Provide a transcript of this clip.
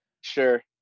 sure